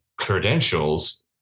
credentials